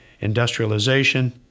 industrialization